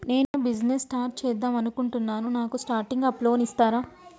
నేను business start చేద్దామనుకుంటున్నాను నాకు స్టార్టింగ్ అప్ లోన్ ఇస్తారా?